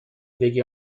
بگی